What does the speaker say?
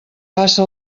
passa